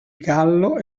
gallo